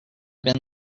been